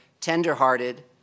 tender-hearted